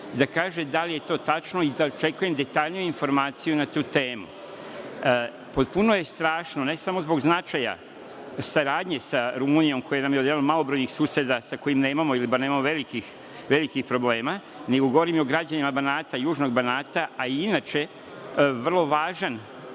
da kaže da li je to tačno i očekujem detaljniju informaciju na tu temu. Potpuno je strašno, ne samo zbog značaja saradnje sa Rumunijom, koja nam je jedan od malobrojnih suseda sa kojima nemamo ili bar nemamo velikih problema, nego govorim i o građanima Banata, južnog Banata, a i inače vrlo važan